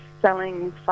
selling